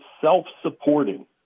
self-supporting